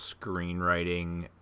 screenwriting